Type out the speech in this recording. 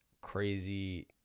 crazy